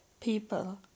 people